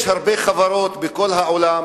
יש הרבה חברות בכל העולם,